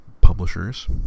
publishers